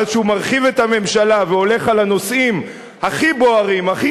ואז כשהוא מרחיב את הממשלה והולך על הנושאים הכי בוערים והכי